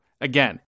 Again